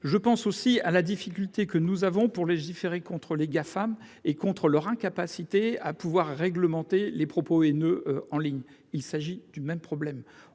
Je pense aussi à la difficulté que nous avons pour légiférer contre les Gafam et contre leur incapacité à pouvoir réglementer les propos haineux en ligne. Il s'agit du même problème